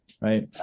right